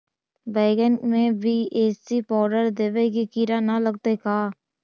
बैगन में BAC powder देबे से किड़ा न लगतै का?